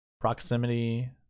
Proximity